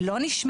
היא לא נשמרת,